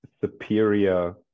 superior